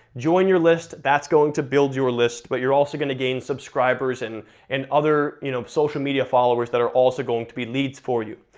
join your list, that's going to build your list, but you're also gonna gain subscribers and and other you know social media followers that are also going to be leads for you.